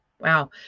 Wow